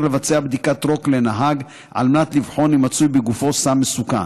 לבצע בדיקת רוק לנהג על מנת לבחון אם נמצא בגופו סם מסוכן.